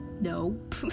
Nope